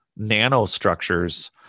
nanostructures